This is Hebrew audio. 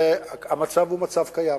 והמצב הוא מצב קיים.